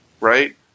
right